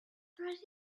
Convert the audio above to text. didn’t